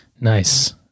Nice